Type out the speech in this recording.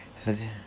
as in